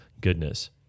goodness